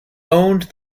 owned